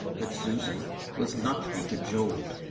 but susan was not to be cajoled.